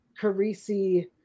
Carisi